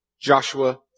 Joshua